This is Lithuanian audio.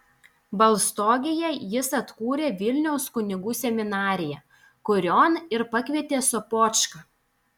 balstogėje jis atkūrė vilniaus kunigų seminariją kurion ir pakvietė sopočką